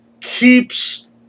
keeps